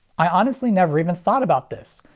i honestly never even thought about this.